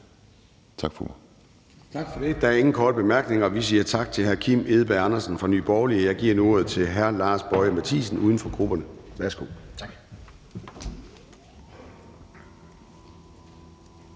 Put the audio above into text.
Tak for det. Der er ingen korte bemærkninger, så vi siger tak til hr. Kim Edberg Andersen fra Nye Borgerlige. Jeg giver nu ordet til hr. Lars Boje Mathiesen, uden for grupperne. Kl.